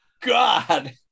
God